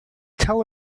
tell